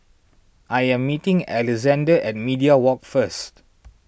I am meeting Alexzander at Media Walk first